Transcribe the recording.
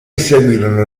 seguirono